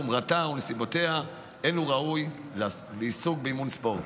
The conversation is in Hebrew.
חומרתה או נסיבותיה אין הוא ראוי לעיסוק באימון ספורט.